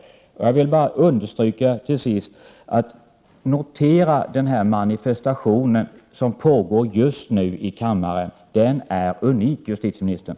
Till sist vill jag be justitieministern notera den manifestation som pågår just nu i kammaren — den är unik, justitieministern!